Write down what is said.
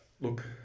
Look